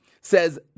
says